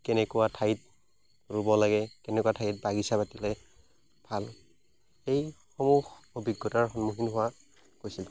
কেনেকুৱা ঠাইত ৰুব লাগে কেনেকুৱা ঠাইত বাগিচা পাতিলে ভাল এইসমূহ অভিজ্ঞতাৰ সন্মুখীন হোৱা উচিত